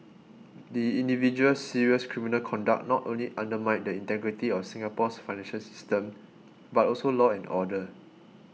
the individual's serious criminal conduct not only undermined the integrity of Singapore's financial system but also law and order